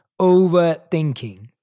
overthinking